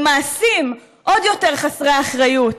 במעשים עוד יותר חסרי אחריות,